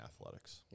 athletics